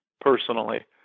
personally